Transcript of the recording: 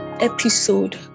episode